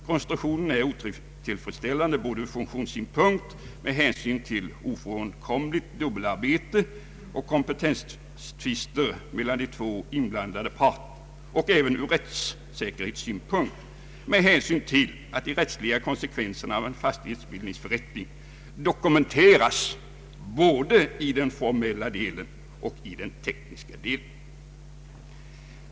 Konstruktionen är otillfredsställande både ur funktionssynpunkt — med hänsyn till ofrånkomligt dubbelarbete och kompetenstvister mellan de två inblandade partierna — och ur rättssäkerhetssynpunkt — med hänsyn till att de rättsliga konsekvenserna av en fastighetsbildningsförrättning dokumenteras både i den formella delen och i den tekniska delen.